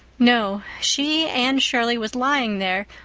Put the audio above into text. no, she, anne shirley, was lying there,